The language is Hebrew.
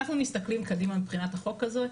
אנחנו מסתכלים קדימה מבחינת החוק הזה.